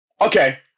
Okay